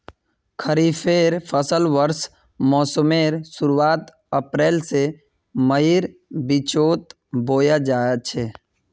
खरिफेर फसल वर्षा मोसमेर शुरुआत अप्रैल से मईर बिचोत बोया जाछे